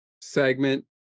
segment